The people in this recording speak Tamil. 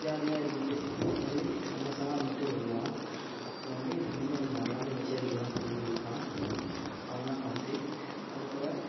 ஜாலியாக இருந்துட்டு ஒரு சந்தோஷமா இருந்துட்டு வருவோம் அப்போது வந்து என் ஃப்ரெண்டு எனக்கு நல்லாவே நீச்சல் அடிக்கலாம் சொல்லிக் கொடுத்தான் அவன் தான் பாஸித் அதுப்போல்